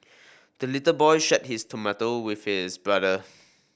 the little boy shared his tomato with his brother